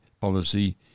policy